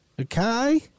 Okay